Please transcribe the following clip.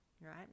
right